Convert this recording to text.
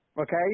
okay